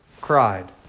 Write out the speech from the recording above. cried